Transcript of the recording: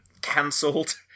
Cancelled